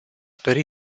dori